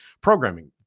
programming